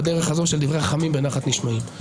בדרך הזו של דברי חכמים בנחת נשמעים.